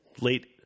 late